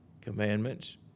commandments